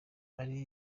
ari